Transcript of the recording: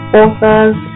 authors